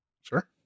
Sure